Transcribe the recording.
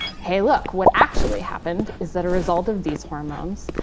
hey look, what actually happened is that a result of these hormones,